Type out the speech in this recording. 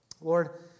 Lord